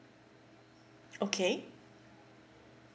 okay